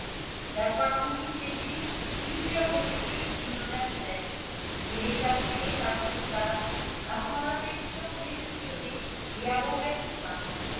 d'avoir voulu séduire plusieurs religieuses du monastère et les attirer par ses charmes a son affeclioa déme surée et à mauvaise fin